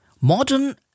Modern